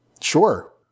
Sure